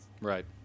Right